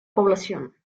población